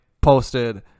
posted